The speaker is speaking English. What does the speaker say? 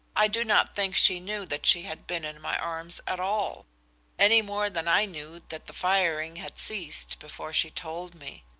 i do not think she knew that she had been in my arms at all any more than i knew that the firing had ceased before she told me.